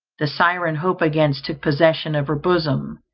the syren hope again took possession of her bosom,